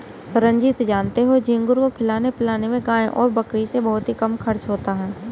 रंजीत जानते हो झींगुर को खिलाने पिलाने में गाय और बकरी से बहुत ही कम खर्च होता है